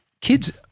kids